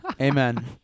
amen